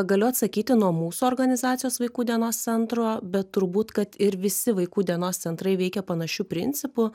galiu atsakyti nuo mūsų organizacijos vaikų dienos centro bet turbūt kad ir visi vaikų dienos centrai veikia panašiu principu